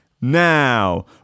now